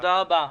תודה רבה.